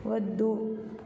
వద్దు